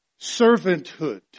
Servanthood